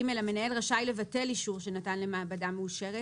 (ג)המנהל רשאי לבטל אישור שנתן למעבדה מאושרת,